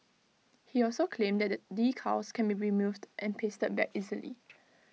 he also claimed that the decals can be removed and pasted back easily